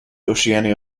oceania